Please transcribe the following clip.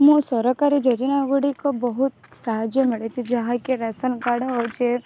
ମୁଁ ସରକାରୀ ଯୋଜନା ଗୁଡ଼ିକ ବହୁତ ସାହାଯ୍ୟ ମିଳିଛି ଯାହାକି ରେସନ୍ କାର୍ଡ଼୍ ହେଉଛି